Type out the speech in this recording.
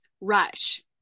Rush